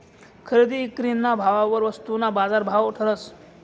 खरेदी ईक्रीना भाववर वस्तूना बाजारभाव ठरस